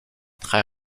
très